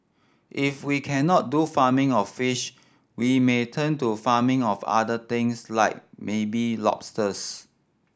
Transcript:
if we cannot do farming of fish we may turn to farming of other things like maybe lobsters